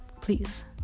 please